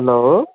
hello